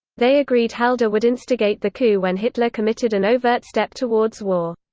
they agreed halder would instigate the coup when hitler committed an overt step towards war.